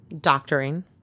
doctoring